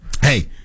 Hey